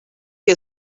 que